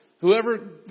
whoever